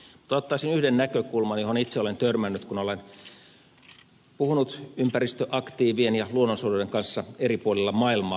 ottaisin yhden näkökulman johon itse olen törmännyt kun olen puhunut ympäristöaktiivien ja luonnonsuojelijoiden kanssa eri puolilla maailmaa